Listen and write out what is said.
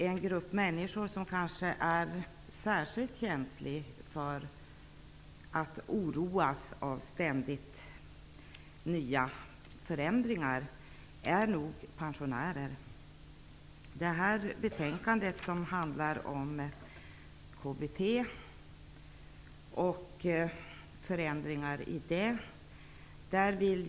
En grupp människor som kanske är särskilt känslig när det gäller att oroas av ständigt nya förändringar är nog pensionärerna. Betänkandet handlar om förändringar vad gäller KBT.